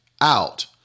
out